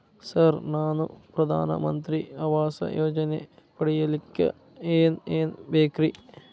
Sir ನಾನು ಪ್ರಧಾನ ಮಂತ್ರಿ ಆವಾಸ್ ಯೋಜನೆ ಪಡಿಯಲ್ಲಿಕ್ಕ್ ಏನ್ ಏನ್ ಬೇಕ್ರಿ?